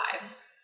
lives